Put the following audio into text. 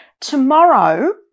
tomorrow